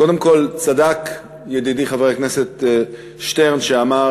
קודם כול, צדק ידידי חבר הכנסת שטרן שאמר